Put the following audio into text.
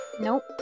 Nope